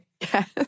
Yes